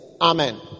amen